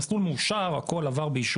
המסלול הוא מאושר, באמת הכל עבר באישורים,